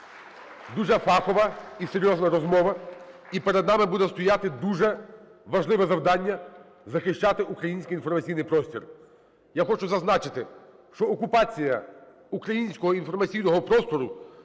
дуже фахова і серйозна розмова. І перед нами буде стояти дуже важливе завдання – захищати український інформаційний простір. Я хочу зазначити, що окупація українського інформаційного простору